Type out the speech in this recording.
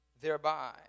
thereby